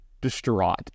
distraught